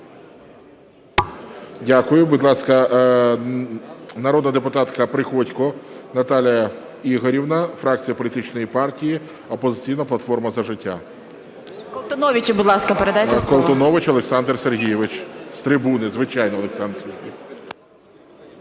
Дякую. Будь ласка, народна депутатка Приходько Наталія Ігорівна, фракція політичної партії "Опозиційна платформа - За життя" . 15:21:23 ПРИХОДЬКО Н.І. Колтуновичу, будь ласка, передайте слово. ГОЛОВУЮЧИЙ. Колтунович Олександр Сергійович. З трибуни, звичайно, Олександр Сергійович.